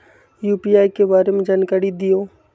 UPI के बारे में जानकारी दियौ?